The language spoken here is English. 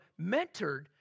mentored